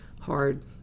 Hard